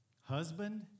husband